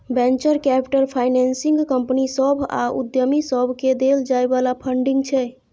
venture capital financing company सभ आ उद्यमी सबकेँ देल जाइ बला फंडिंग छै